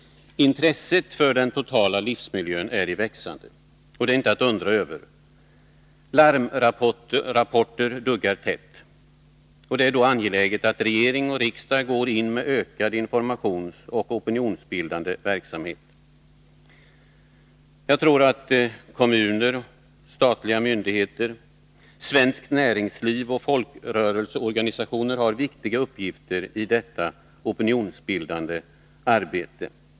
Intresset för den totala livsmiljön är i växande, och det är inte att undra över. Larmrapporter duggar tätt. Det är då angeläget att regering och riksdag går in med ökad information och opinionsbildande verksamhet. Jag tror att också kommuner, statliga myndigheter, näringslivet och folkrörelseorganisationerna har viktiga uppgifter i detta opinionsbildande arbete.